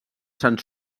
sant